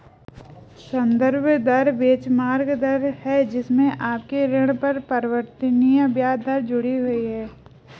संदर्भ दर बेंचमार्क दर है जिससे आपके ऋण पर परिवर्तनीय ब्याज दर जुड़ी हुई है